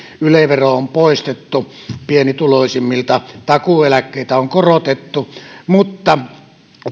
yle vero on poistettu pienituloisimmilta takuueläkkeitä on korotettu mutta